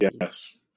yes